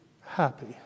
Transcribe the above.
happy